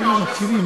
כולם מקשיבים,